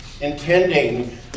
intending